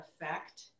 effect